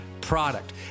product